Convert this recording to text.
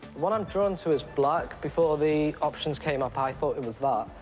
what i'm drawn to is black. before the options came up, i thought it was that,